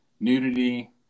Nudity